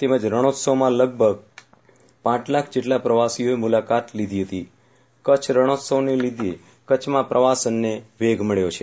તેમજ રણઉત્સવમાં લગભગ પ લાખ જેટલા પ્રવાસીઓએ મુલાકાત લીધી હતી કચ્છ રણો ત્સવને લીધી કચ્છમાં પ્રવાસનને વેગ મળ્યો છે